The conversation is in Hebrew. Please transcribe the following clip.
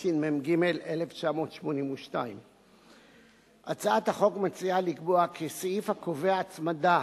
התשמ"ג 1982. הצעת החוק מציעה לקבוע כי סעיף הקובע הצמדה